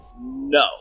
no